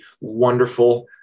wonderful